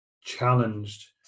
challenged